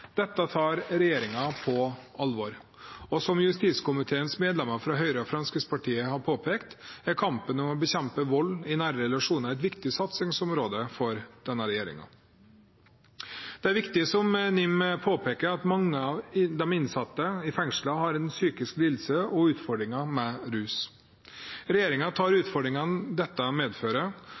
Dette tar regjeringen på alvor. Som justiskomiteens medlemmer fra Høyre og Fremskrittspartiet har påpekt, er kampen for å bekjempe vold i nære relasjoner et viktig satsingsområde for denne regjeringen. Det er riktig, som NIM påpeker, at mange av de innsatte i fengslene har en psykisk lidelse og utfordringer med rus. Regjeringen tar utfordringene dette medfører